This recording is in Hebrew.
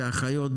באחיות,